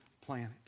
planet